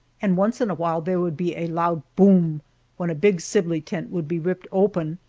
and once in a while there would be a loud boom when a big sibley tent would be ripped open,